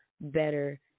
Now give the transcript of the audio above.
better